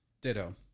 Ditto